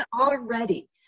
already